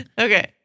Okay